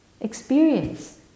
experience